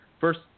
First